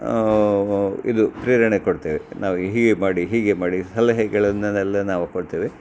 ಇದು ಪ್ರೇರಣೆ ಕೊಡ್ತೇವೆ ನಾವು ಹೀಗೆ ಮಾಡಿ ಹೀಗೆ ಮಾಡಿ ಸಲಹೆಗಳನ್ನ ಎಲ್ಲ ನಾವು ಕೊಡ್ತೇವೆ